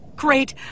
Great